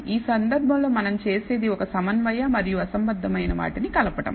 ఈ సందర్భంలో మనం చేసిది ఒక సమన్వయ మరియు అసంబద్ధమైన వాటిని కలపటం